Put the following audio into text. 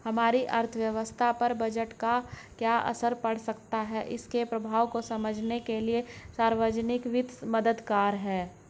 हमारी अर्थव्यवस्था पर बजट का क्या असर पड़ सकता है इसके प्रभावों को समझने के लिए सार्वजिक वित्त मददगार है